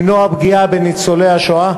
למנוע פגיעה בניצולי השואה,